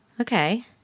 Okay